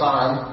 Time